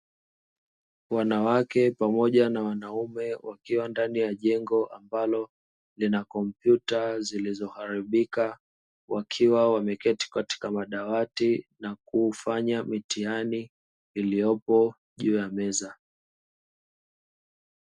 Wanawake pamoja na wanaume wakiwa ndani ya jengo ambalo lina kompyuta zilizoharibika, wakiwa wameketi katika madawati na kufanya mitihani iliyopo juu ya meza.